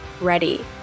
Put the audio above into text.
ready